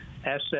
Asset